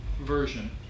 version